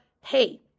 hey